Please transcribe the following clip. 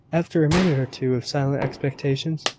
after a minute or two of silent expectation,